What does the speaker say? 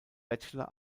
bachelor